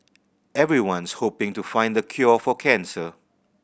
everyone's hoping to find the cure for cancer